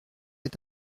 est